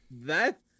that-